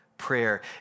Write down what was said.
prayer